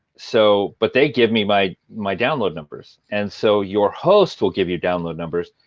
so but they give me my my download numbers. and so your host will give you download numbers.